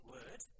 Word